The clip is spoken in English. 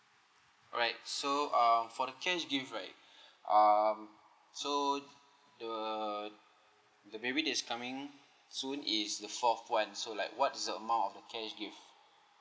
alright so um for the cash gift right um so uh the baby that's coming soon is the fourth one so like what is the amount of the cash gift